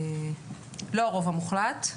לא הרוב המוחלט.